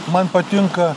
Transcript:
man patinka